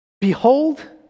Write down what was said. Behold